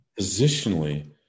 positionally